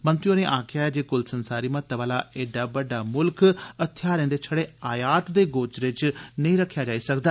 मंत्री होरें आक्खेया जे क्लसंसारी महत्व आला ऐड्डा बड्डा म्ल्ख हथियारें दे छड़े आयात दे गोचरे नेंई रक्खेया जाई सकदा